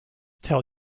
tell